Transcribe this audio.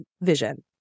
vision